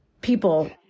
people